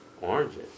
Oranges